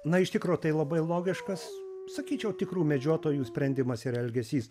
na iš tikro tai labai logiškas sakyčiau tikrų medžiotojų sprendimas ir elgesys